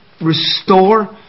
restore